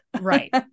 right